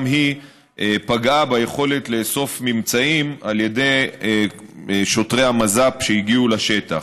גם היא פגעה ביכולת לאסוף ממצאים על ידי שוטרי המז"פ שהגיעו לשטח.